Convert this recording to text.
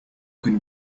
can